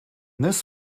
this